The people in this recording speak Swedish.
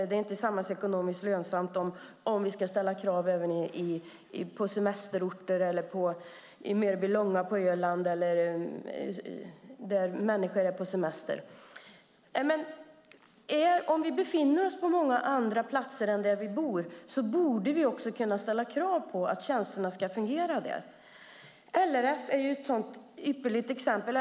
Det är inte samhällsekonomiskt lönsamt om vi ska ställa krav även när det gäller Mörbylånga på Öland eller platser där människor är på semester. Om vi befinner oss på många andra platser än dem där vi bor borde vi också kunna ställa krav på att tjänsterna ska fungera där. LRF är ett ypperligt exempel.